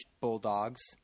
bulldogs